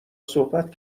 صحبت